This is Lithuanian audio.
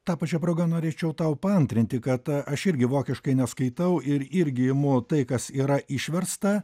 ta pačia proga norėčiau tau paantrinti kad aš irgi vokiškai neskaitau ir irgi imu tai kas yra išversta